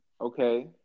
Okay